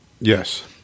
Yes